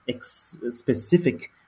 specific